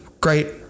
Great